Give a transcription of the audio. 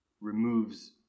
removes –